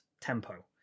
Tempo